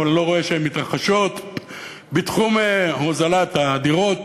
אני לא רואה שהן מתרחשות בתחום הוזלת הדירות